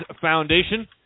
Foundation